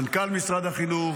מנכ"ל משרד החינוך,